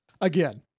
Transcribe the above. Again